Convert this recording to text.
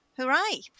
hooray